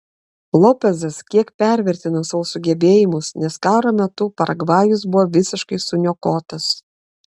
lopezas kiek pervertino savo sugebėjimus nes karo metu paragvajus buvo visiškai suniokotas